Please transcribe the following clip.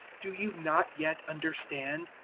do you not yet understand?